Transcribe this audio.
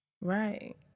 Right